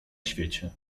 świecie